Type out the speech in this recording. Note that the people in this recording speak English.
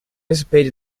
disappeared